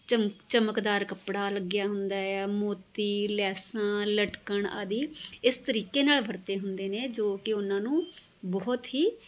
ਚਮ ਚਮਕਦਾਰ ਕੱਪੜਾ ਲੱਗਿਆ ਹੁੰਦਾ ਆ ਮੋਤੀ ਲੈਸਾਂ ਲਟਕਣ ਆਦਿ ਇਸ ਤਰੀਕੇ ਨਾਲ਼ ਵਰਤੇ ਹੁੰਦੇ ਨੇ ਜੋ ਕਿ ਉਹਨਾਂ ਨੂੰ ਬਹੁਤ ਹੀ